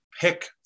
pick